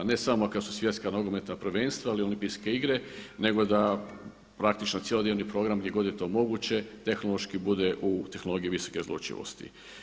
Ne samo kada su svjetska nogometna prvenstva ili olimpijske igre nego da praktično cjelodnevni program gdje god je to moguće tehnološki bude u tehnologiji visoke razlučivosti.